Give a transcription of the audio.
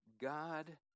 God